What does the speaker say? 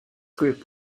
group